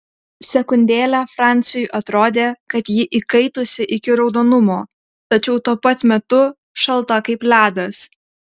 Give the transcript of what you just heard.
sekundėlę franciui atrodė kad ji įkaitusi iki raudonumo tačiau tuo pat metu šalta kaip ledas